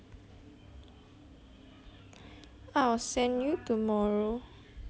I will send you tomorrow